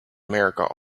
america